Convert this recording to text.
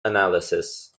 analysis